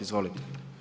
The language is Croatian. Izvolite.